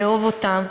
לאהוב אותם,